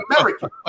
American